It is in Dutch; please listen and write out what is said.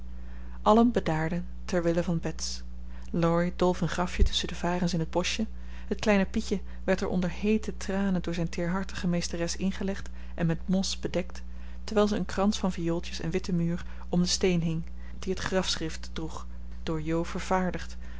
bedaarden ter wille van bets laurie dolf een grafje tusschen de varens in het boschje het kleine pietje werd er onder heete tranen door zijn teerhartige meesteres ingelegd en met mos bedekt terwijl ze een krans van viooltjes en witte muur om den steen hing die het grafschrift droeg door jo vervaardigd